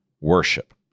Worship